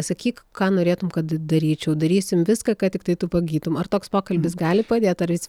sakyk ką norėtum kad daryčiau darysim viską kad tiktai tu pagytum ar toks pokalbis gali padėt ar jis